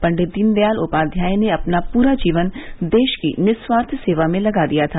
पंडित दीनदयाल उपाध्याय ने अपना पूरा जीवन देश की निःस्वार्थ सेवा में लगा दिया था